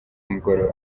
mugoroba